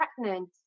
pregnant